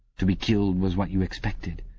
to be killed was what you expected.